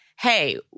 hey